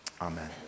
amen